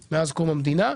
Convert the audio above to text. שלו, מאז קום המדינה.